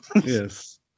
Yes